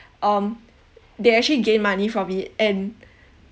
um they actually gain money from it and